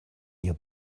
your